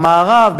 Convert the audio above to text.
במערב,